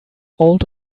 old